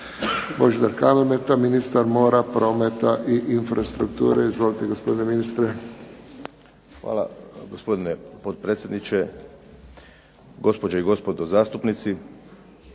Božidar Kalmeta, ministar mora, prometa i infrastrukture. Izvolite, gospodine ministre. **Kalmeta, Božidar (HDZ)** Hvala gospodine potpredsjedniče, gospođe i gospodo zastupnici.